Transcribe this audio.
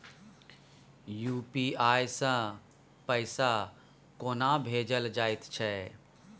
UPI सँ पैसा कोना भेजल जाइत छै?